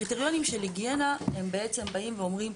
קריטריונים של היגיינה הם בעצם באים ואומרים,